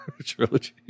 trilogy